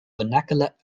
vernacular